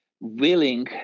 willing